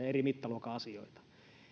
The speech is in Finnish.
eri mittaluokan asioita